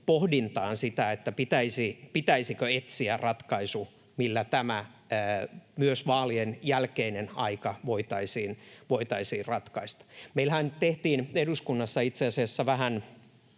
pohdintaan sitä — pitäisikö etsiä ratkaisu, millä myös tämä vaalien jälkeinen aika voitaisiin ratkaista. Meillähän tehtiin eduskunnassa itse asiassa vähän